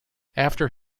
after